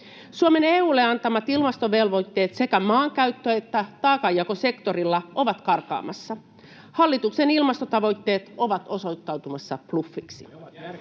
Suomen EU:lle antamat ilmastovelvoitteet sekä maankäyttö- että taakanjakosektorilla ovat karkaamassa. Hallituksen ilmastotavoitteet ovat osoittautumassa bluffiksi.